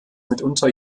mitunter